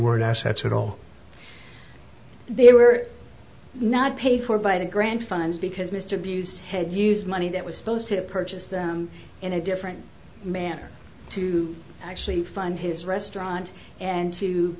weren't assets at all they were not paid for by the grand funds because mr abuse head used money that was supposed to purchase them in a different manner to actually fund his restaurant and to